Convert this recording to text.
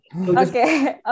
Okay